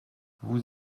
vous